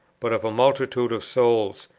but of a multitude of souls,